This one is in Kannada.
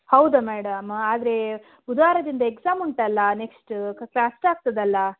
ಹೌದಾ ಮೇಡಮ್ ಆದರೆ ಬುಧವಾರದಿಂದ ಎಕ್ಸಾಮ್ ಉಂಟಲ್ಲ ನೆಕ್ಸ್ಟ ಕಷ್ಟ ಆಗ್ತದಲ್ಲ